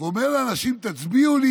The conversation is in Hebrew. ואומר לאנשים: תצביעו לי,